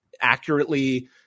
accurately